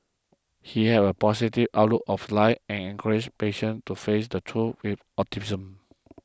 he had a positive outlook of life and encouraged patients to face the truth with